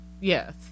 Yes